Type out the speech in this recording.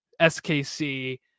skc